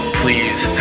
please